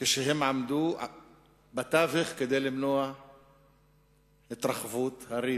כשהם עמדו בתווך כדי למנוע את התרחבות הריב.